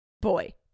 Boy